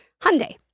Hyundai